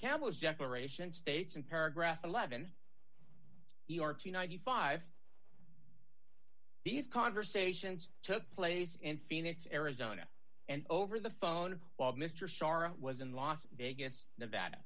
campbell is declaration states in paragraph eleven to ninety five these conversations took place in phoenix arizona and over the phone while mr shara was in las vegas nevada